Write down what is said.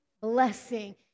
blessing